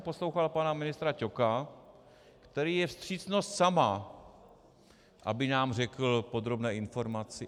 Poslouchal jsem pana ministra Ťoka, který je vstřícnost sama, aby nám řekl podrobné informace.